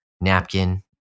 napkin